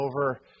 over